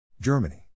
Germany